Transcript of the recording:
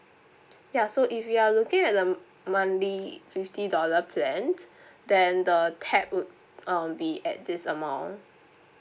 ya so if you are looking at um monthly fifty dollar plans then the tab would um be at this amount